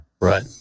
right